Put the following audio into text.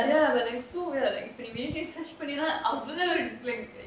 ya but like so weird like இப்போ நீ வீட்ல:ippo nee veetla like